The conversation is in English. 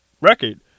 record